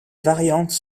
variantes